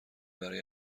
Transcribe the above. برای